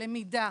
למידה,